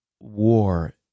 war